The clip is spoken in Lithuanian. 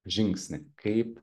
žingsnį kaip